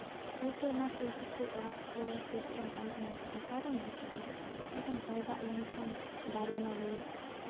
ᱦᱚᱭᱛᱳ ᱚᱱᱟ ᱥᱩᱨ ᱥᱩᱯᱩᱨ ᱚᱲᱟᱜ ᱠᱚ ᱥᱮ ᱪᱮᱫ ᱦᱚᱸ ᱵᱟᱹᱱᱩᱜ ᱢᱮᱭᱟ ᱟᱠᱟᱨᱮ ᱢᱮᱱᱟᱜ ᱢᱮᱭᱟ ᱢᱤᱫᱴᱟᱝ ᱦᱚᱭ ᱫᱟᱜ ᱞᱮᱱᱠᱷᱟᱱ ᱫᱟᱨᱮ ᱱᱟᱹᱲᱤ